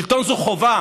שלטון זה חובה,